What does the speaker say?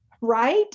right